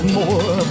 more